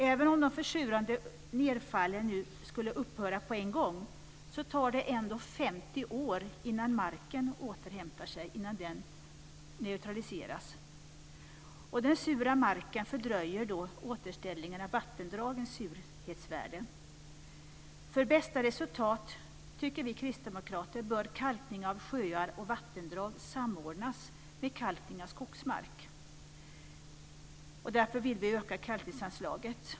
Även om de försurande nedfallen skulle upphöra på en gång tar det ändå 50 år innan marken återhämtat sig och neutraliserats. Den sura marken fördröjer återställningen av vattendragens surhetsvärde. För bästa resultat bör kalkning av sjöar och vattendrag samordnas med kalkning av skogsmark, tycker vi kristdemokrater. Därför vill vi öka kalkningsanslaget.